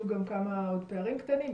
אני משום מה נזרקתי החוצה,